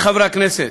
חברי חברי הכנסת,